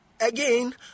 Again